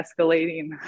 escalating